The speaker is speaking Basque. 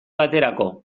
baterako